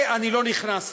לזה אני לא נכנס.